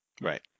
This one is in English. Right